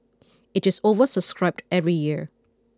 it is oversubscribed every year